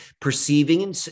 perceiving